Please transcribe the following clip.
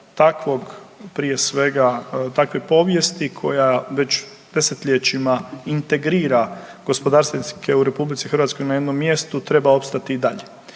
takvog prije svega, takve povijesti koja već desetljećima integrira gospodarstvenike u RH na jednom mjestu treba opstati i dalje.